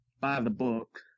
by-the-book